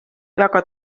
väga